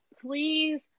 please